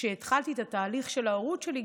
כשהתחלתי את התהליך של ההורות שלי,